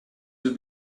have